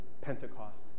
Pentecost